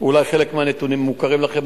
אולי חלק מהנתונים מוכרים לכם,